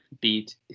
beat